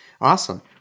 Awesome